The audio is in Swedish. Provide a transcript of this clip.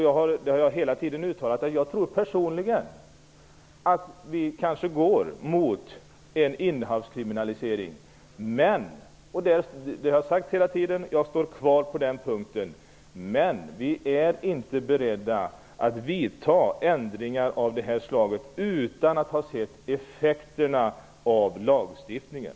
Jag hela tiden sagt att jag personligen tror att vi kanske går mot en innehavskriminalisering. På den punkten står jag fast. Men vi är inte beredda att vidta ändringar av det här slaget utan att ha sett effekterna av lagstiftningen.